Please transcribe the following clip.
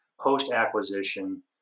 post-acquisition